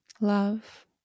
love